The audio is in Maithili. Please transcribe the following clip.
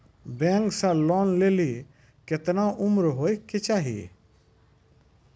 बैंक से लोन लेली केतना उम्र होय केचाही?